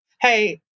hey